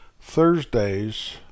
Thursday's